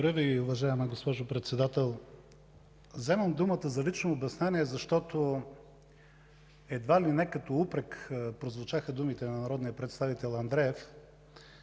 уважаема госпожо Председател. Вземам думата за лично обяснение, защото едва ли не като упрек прозвучаха думите на народния представител Андреев,